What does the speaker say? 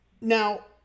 now